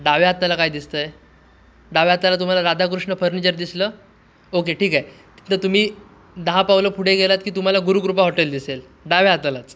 डाव्या हाताला काय दिसतं आहे डाव्या हाताला तुम्हाला राधाकृष्ण फर्निचर दिसलं ओके ठीक आहे तुम्ही दहा पावलं पुढे गेलात की तुम्हाला गुरुकृपा हॉटेल दिसेल डाव्या हातालाच